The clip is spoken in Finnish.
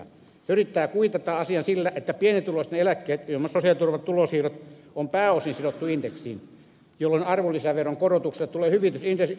se yrittää kuitata asian sillä että pienituloisten eläkkeet sosiaaliturvan tulonsiirrot on pääosin sidottu indeksiin jolloin arvonlisäveron korotuksesta tulee hyvitys indeksitarkistuksina